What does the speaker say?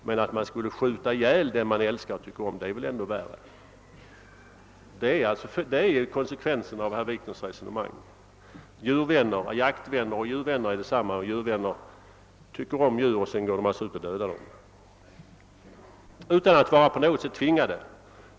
Men att man skulle skjuta ihjäl den man älskar och tycker om är väl ännu värre. Kontentan av herr Wikners resonemang blir emellertid att djurvänner och jaktvänner är detsamma och djurvänner tycker om djur och sedan går de alltså ut och dödar dem — utan att vara på något sätt tvingade.